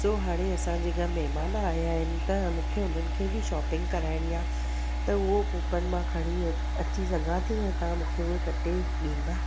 सो हाणे असांजे घर में महिमान आया आहिनि त मूंखे हुननि खे बि शॉपिंग कराइणी आहे त उहो कूपन मां खणी अची सघां थी या तव्हां मूंखे उहे कटे ॾींदा